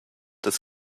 des